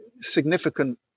significant